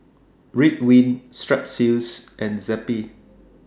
Ridwind Strepsils and Zappy